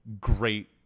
great